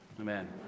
Amen